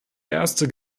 erste